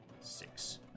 six